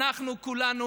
אנחנו כולנו